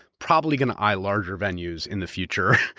probably going to eye larger venues in the future.